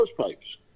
pipes